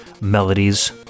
melodies